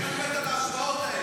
אני מת על ההשוואות האלה.